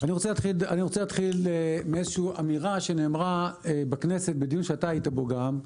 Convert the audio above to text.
אני רוצה להתחיל מאיזושהי אמירה שנאמרה בכנסת בדיון שאתה היית בו גם,